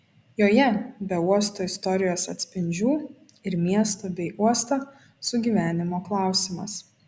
joje be uosto istorijos atspindžių ir miesto bei uosto sugyvenimo klausimas